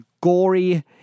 gory